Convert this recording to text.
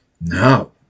no